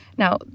Now